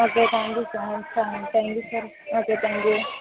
okay thank you so much thank you so much okay thank you